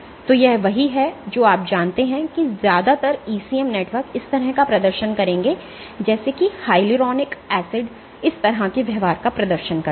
तो यह वही है जो आप जानते हैं कि ज्यादातर ECM नेटवर्क इस तरह का प्रदर्शन करेंगे जैसे कि हयालूरोनिक एसिड इस तरह के व्यवहार का प्रदर्शन करेगा